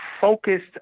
focused